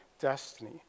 destiny